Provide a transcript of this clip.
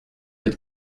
êtes